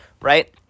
right